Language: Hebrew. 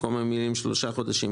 במקום המילים: שלושה חודשים,